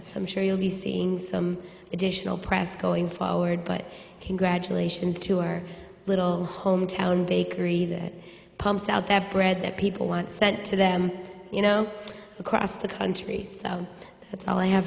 i'm sure you'll be seeing some additional press going forward but congratulations to our little hometown bakery that pumps out that bread that people want sent to them you know across the country so that's all i have